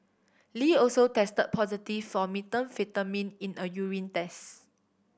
Lee also tested positive for methamphetamine in a urine test